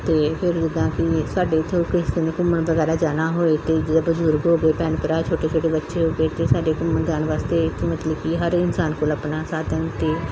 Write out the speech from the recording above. ਅਤੇ ਫਿਰ ਜਿੱਦਾਂ ਕਿ ਸਾਡੇ ਇੱਥੇ ਕਿਸੇ ਨੇ ਘੁੰਮਣ ਵਗੈਰਾ ਜਾਣਾ ਹੋਏ ਅਤੇ ਜਿੱਦਾਂ ਬਜ਼ੁਰਗ ਹੋ ਗਏ ਭੈਣ ਭਰਾ ਛੋਟੇ ਛੋਟੇ ਬੱਚੇ ਹੋ ਗਏ ਅਤੇ ਸਾਡੇ ਘੁੰਮਣ ਜਾਣ ਵਾਸਤੇ ਇੱਥੇ ਮਤਲਬ ਕਿ ਹਰ ਇਨਸਾਨ ਕੋਲ ਆਪਣਾ ਸਾਧਨ ਤਾਂ